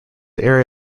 area